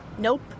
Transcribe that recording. nope